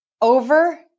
Over